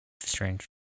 Strange